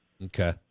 Okay